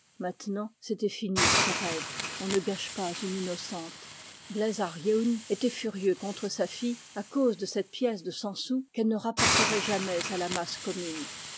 maintenant c'était fini de ce rêve on ne gage pas une innocente bleiz ar yeun était furieux contre sa fille à cause de cette pièce de cent sous qu'elle ne rapporterait jamais à la masse commune